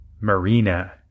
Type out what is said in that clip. Marina